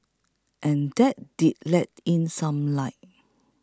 and that did let in some light